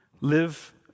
live